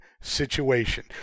situation